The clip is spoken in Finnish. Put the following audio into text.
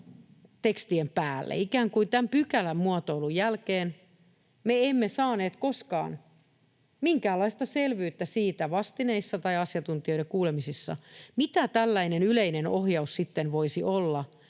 tekstien päälle, ikään kuin tämän pykälän muotoilun jälkeen. Me emme saaneet koskaan minkäänlaista selvyyttä siitä vastineissa tai asiantuntijoiden kuulemisissa, mitä tällainen yleinen ohjaus sitten voisi olla,